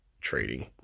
trading